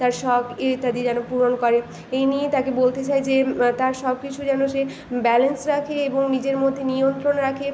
তার শখ ইইত্যাদি যেন পূরণ করে এই নিয়ে তাকে বলতে চাই যে তার সব কিছু যেন সে ব্যালেন্স রাখে এবং নিজের মধ্যে নিয়ন্ত্রণ রাখে